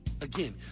Again